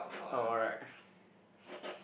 oh alright